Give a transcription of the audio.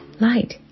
light